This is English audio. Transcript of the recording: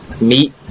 meet